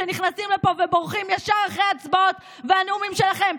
שנכנסים לפה ובורחים ישר אחרי ההצבעות והנאומים שלכם.